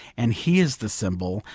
and he is the symbol,